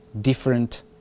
different